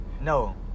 No